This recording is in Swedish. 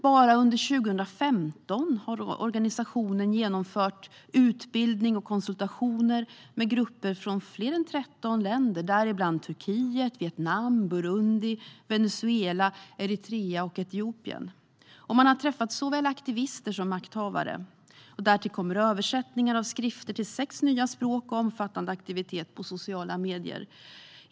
Bara under 2015 har organisationen genomfört utbildning och konsultationer med grupper från fler än 13 länder, däribland Turkiet, Vietnam, Burundi, Venezuela, Eritrea och Etiopien. Man har träffat såväl aktivister som makthavare, och därtill kommer översättningar av skrifter till sex nya språk och omfattande aktivitet på sociala medier.